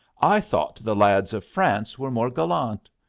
i thought the lads of france were more gallant.